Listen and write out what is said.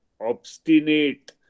obstinate